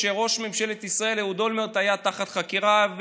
כשראש ממשלת ישראל אהוד אולמרט היה תחת חקירה.